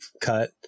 cut